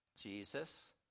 Jesus